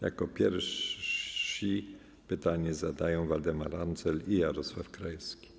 Jako pierwsi pytanie zadają Waldemar Andzel i Jarosław Krajewski.